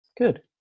Good